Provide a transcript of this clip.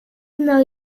mną